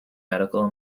medical